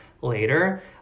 later